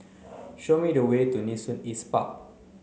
show me the way to Nee Soon East Park